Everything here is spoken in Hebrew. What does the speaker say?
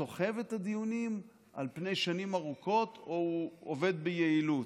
האם הוא סוחב את הדיונים על פני שנים ארוכות או הוא עובד ביעילות.